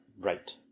Right